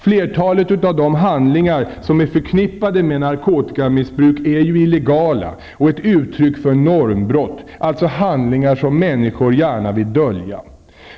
Flertalet av de handlingar som är förknippade med narkotikamissbruk är ju illegala och ett uttryck för normbrott, alltså handlingar som människor gärna vill dölja.